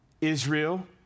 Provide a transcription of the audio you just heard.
Israel